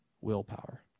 willpower